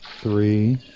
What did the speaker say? Three